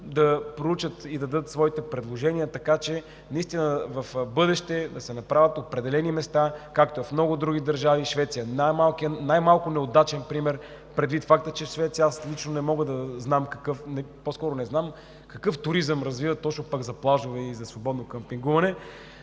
да проучат и да дадат своите предложения, така че наистина в бъдеще да се направят определени места, както е в много други държави. Швеция е най-малко удачен пример, предвид факта – аз лично не мога да знам и по-скоро не знам какъв туризъм развива точно за плажове и свободно къмпингуване.